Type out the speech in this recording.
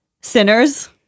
sinners